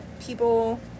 people